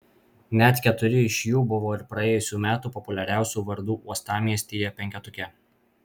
net keturi iš jų buvo ir praėjusių metų populiariausių vardų uostamiestyje penketuke